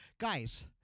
Guys